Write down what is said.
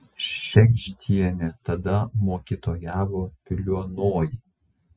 šėgždienė tada mokytojavo piliuonoj